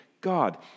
God